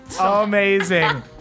Amazing